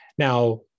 Now